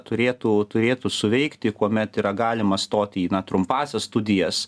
turėtų turėtų suveikti kuomet yra galima stoti į trumpąsias studijas